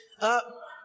up